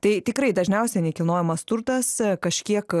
tai tikrai dažniausiai nekilnojamas turtas kažkiek